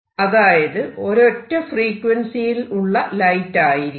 അതായത് ഒരൊറ്റ ഫ്രീക്വൻസിയിൽ ഉള്ള ലൈറ്റ് ആയിരിക്കും